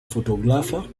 photographer